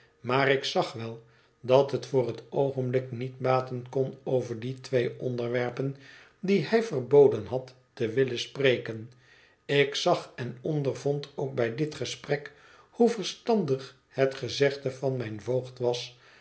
maar ik zag wel dat het voor het oogénblik niet baten kon over die twee onderwerpen die hij verboden had te willen spreken ik zag en ondervond ook bij dit gesprek hoe vei'standig het gezegde van mijn voogd was